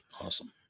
Awesome